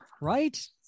right